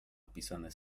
opisane